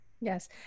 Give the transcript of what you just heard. yes